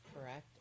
correct